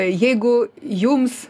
jeigu jums